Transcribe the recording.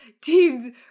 teams